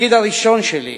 התפקיד הראשון שלי,